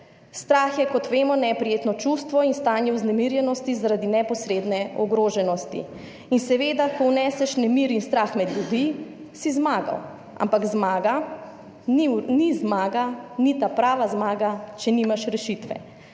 Strah je, kot vemo, neprijetno čustvo in stanje vznemirjenosti zaradi neposredne ogroženosti in seveda, ko vneseš nemir in strah med ljudi, si zmagal. Ampak zmaga ni zmaga, ni ta prava zmaga, če nimaš rešitve.